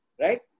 Right